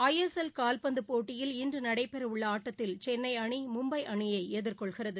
ஐ S L காவ்பந்து போட்டியில் இன்று நடைபெறவுள்ள ஆட்டத்தில் சென்னை அணி மும்பை அணியை எதிர்கொள்கிறது